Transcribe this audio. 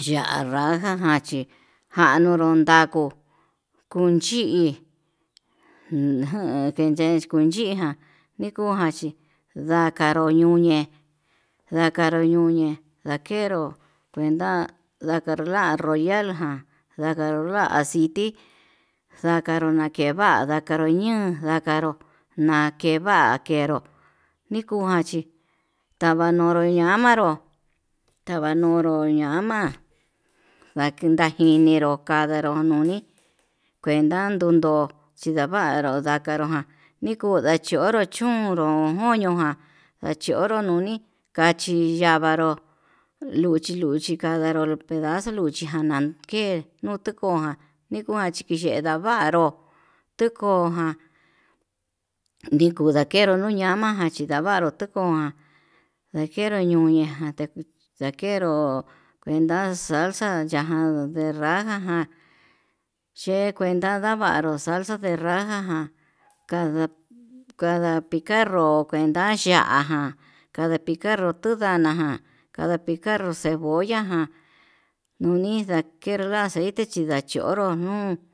ya'á raja ján chí, janduro nrakuu kuchiin junda'a yekunchia nikujanchí, ndakaro ñuñe ndakanro nuñe ndakero kuenda nakanda royal ján ndakanroda aciti ndakaro kee va'a ndakaro ña'a ndakaro, na'a keva'a kenró nikujan chí tava ñonró ñavaró tavañunru ñama'a ndaki ndajiniro kandaro nuni kuenda ndundo, chindavaro ndakaro ján ni kuu ndachonro chón chonro moño ján ndachionro nuni kachi yavanró luchi luchi kavanró pedazo luchi jana jan ke'e nuu tikoján nikuan chikiye ndavaru tekoján ndikuu ndakenru nuña'a ndamaján nachindavaru tekoján ndakenro nuña'a ñajan ndakenró kuenda salsa e raja ján ye'e kuenda navanro salsa de raja ján kada kada picar nró kuenda ya'a ján kada picar no tu nraña ján cada picar cebolla ján nuni ndake aceite chi ndachoyo no'o.